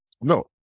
No